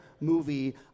movie